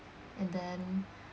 and then